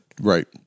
Right